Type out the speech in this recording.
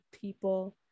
people